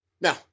Now